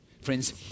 Friends